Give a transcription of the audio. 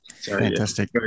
Fantastic